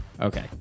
Okay